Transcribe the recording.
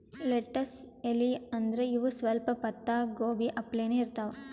lettuce ಎಲಿ ಅಂದ್ರ ಇವ್ ಸ್ವಲ್ಪ್ ಪತ್ತಾಗೋಬಿ ಅಪ್ಲೆನೇ ಇರ್ತವ್